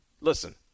Listen